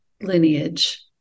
lineage